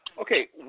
Okay